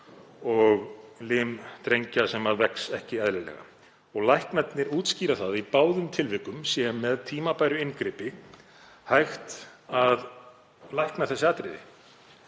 og lims drengja sem vex ekki eðlilega. Læknarnir útskýra að í báðum tilvikum sé með tímabæru inngripi hægt að lækna þessi atriði